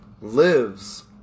lives